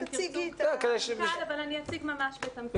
אני אציג ממש בתמצית